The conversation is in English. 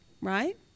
right